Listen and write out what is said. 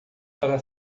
para